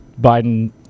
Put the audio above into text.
Biden